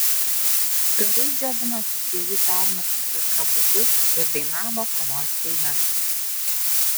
kariai džiovinosi prie jų permirkusius drabužius ir dainavo kovos dainas